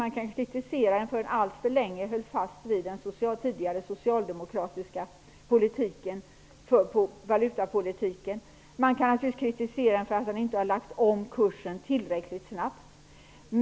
Man kan kritisera den för att den alltför länge höll fast vid den tidigare socialdemokratiska valutapolitiken. Man kan naturligtvis också kritisera regeringen för att den inte har lagt om kursen tillräckligt snabbt.